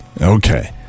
okay